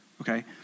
Okay